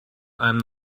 i’m